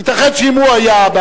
ייתכן שאם הוא היה,